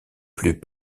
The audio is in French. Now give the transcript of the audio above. plus